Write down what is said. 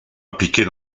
impliqués